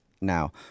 now